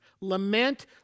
Lament